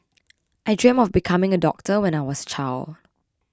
I dreamed of becoming a doctor when I was a child